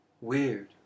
Weird